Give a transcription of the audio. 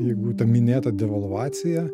jeigu ta minėta devalvacija